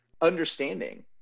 understanding